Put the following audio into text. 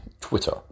Twitter